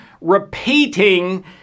repeating